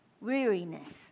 weariness